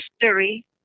History